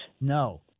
No